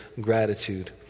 gratitude